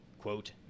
quote